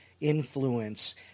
influence